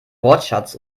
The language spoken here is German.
wortschatz